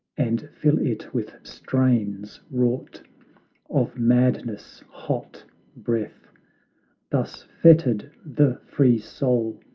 and fill it with strains, wrought of madness' hot breath thus fettered the free soul,